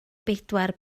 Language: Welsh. bedwar